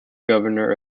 governor